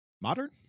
modern